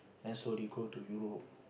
then slowly go to Europe